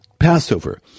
Passover